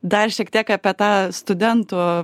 dar šiek tiek apie tą studentų